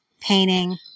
painting